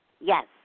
Yes